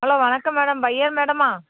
hello வணக்கம் madam buyer மேடமா